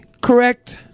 correct